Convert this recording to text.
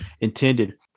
intended